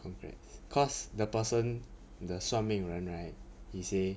congrats cause the person the 算命人 right he say